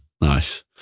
nice